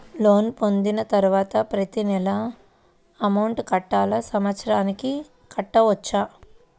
Loan పొందిన తరువాత ప్రతి నెల అమౌంట్ కట్టాలా? సంవత్సరానికి కట్టుకోవచ్చా?